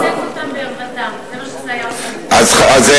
אבל זה